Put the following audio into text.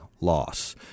loss